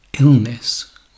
illness